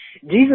Jesus